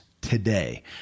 today